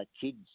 kids